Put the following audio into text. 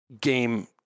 game